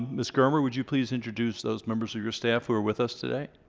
miss germer, would you please introduce those members of your staff who are with us today?